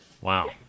Wow